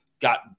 got